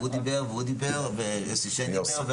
הוא דיבר ויוסי שיין דיבר,